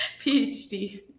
phd